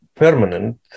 permanent